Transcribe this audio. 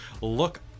look